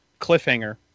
cliffhanger